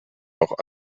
auch